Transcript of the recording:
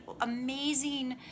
amazing